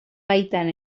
baitan